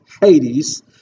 Hades